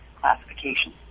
classification